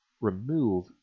remove